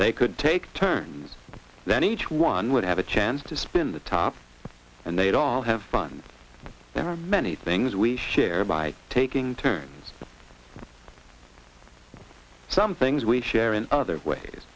they could take turns then each one would have a chance to spin the top and they'd all have fun there are many things we share by taking turns some things we share in other ways